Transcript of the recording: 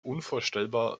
unvorstellbar